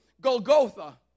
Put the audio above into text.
Golgotha